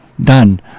done